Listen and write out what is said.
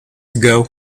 ago